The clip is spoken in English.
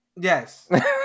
Yes